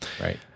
Right